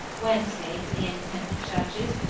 wednesday for the independent churches,